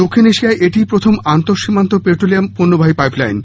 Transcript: দক্ষিন এশিয়ায় এটিই প্রথম আন্তঃসীমান্ত পেট্রোলিয়াম পণ্যবাহী পাইপ লাইন